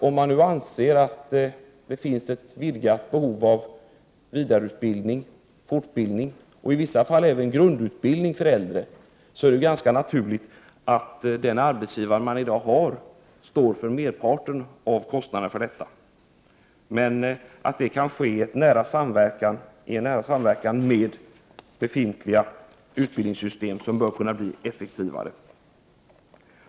Om man anser att det finns ett vidgat behov av vidareutbildning, fortbildning och i vissa fall grundutbildning för äldre, är det ganska naturligt att den arbetsgivare vederbörande i dag har står för merparten av kostnaderna men att utbildningen kan ske i samverkan med befintliga utbildningssystem, som bör kunna bli effektivare.